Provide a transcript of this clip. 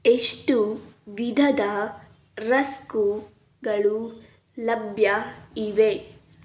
ಎಷ್ಟು ವಿಧದ ರಸ್ಕು ಗಳು ಲಭ್ಯ ಇವೆ